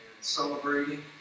celebrating